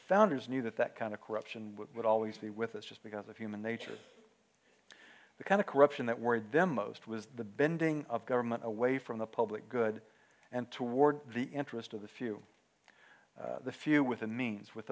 founders knew that that kind of corruption would always be with us just because of human nature the kind of corruption that worried them most was the bending of government away from the public good and toward the interest of the few the few with the means with